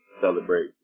celebrate